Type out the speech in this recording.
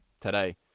today